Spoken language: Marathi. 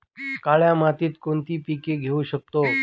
काळ्या मातीत कोणती पिके घेऊ शकतो?